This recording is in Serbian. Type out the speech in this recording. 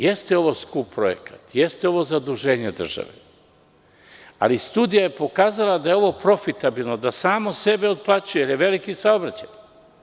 Jeste ovo skup projekat, jeste ovo zaduženje države, ali studija je pokazala da je ovo profitabilno da samo sebe otplaćuje, jer je veliki saobraćaj.